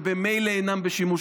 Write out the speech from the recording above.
שממילא אינם בשימוש,